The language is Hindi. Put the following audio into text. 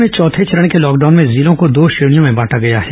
प्रदेश में चौथे चरण के लॉकडाउन में जिलों को दो श्रेणियों में बांटा गया है